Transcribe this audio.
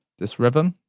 this rhythm.